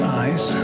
eyes